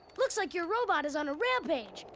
looks like your robot is on a rampage!